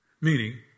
meaning